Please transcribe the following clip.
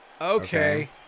Okay